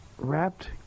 wrapped